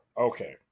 okay